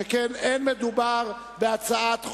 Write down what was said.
שכן אין מדובר בהצעת חוק.